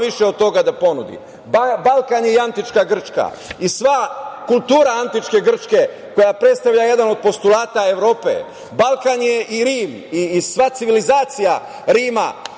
više od toga da ponudi. Balkan je i Antička Grčka i sva kultura Antičke Grčke, koja predstavlja jedan od postulata Evrope. Balkan je i Rim i sva civilizacija Rima